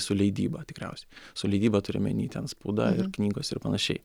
su leidyba tikriausiai su leidyba turiu omeny ten spauda ir knygos ir panašiai